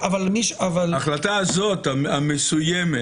שהן נושא גדול וכבד.